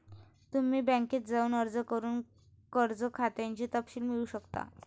तुम्ही बँकेत जाऊन अर्ज करून कर्ज खात्याचे तपशील मिळवू शकता